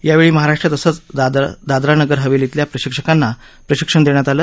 यावेळी महाराष्ट्र तसंच दादरा नगरहवेलीतल्या प्रशिक्षकांना प्रशिक्षण देण्यात आलं